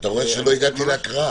לא הגעתי להקראה.